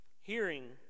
hearing